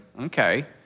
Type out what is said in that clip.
Okay